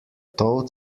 toad